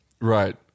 Right